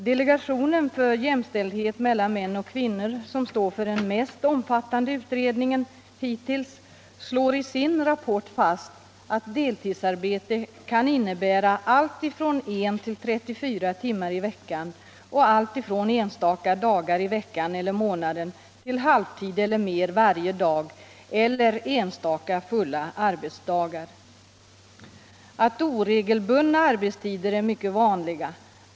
Delegationen för jämställdhet mellan män och kvinnor, som står för den mest omfattande utredningen hittills, slår i sin rapport fast att deltidsarbete kan innebära allt från en till 34 timmar i veckan och allt från enstaka dagar i veckan eller månaden till halvtid celler mer varje dag eller enstaka fulla arbetsdagar. Oregelbundna arbetstider är mycket vanliga.